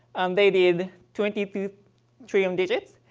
and they did twenty three trillion digits.